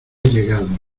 llegado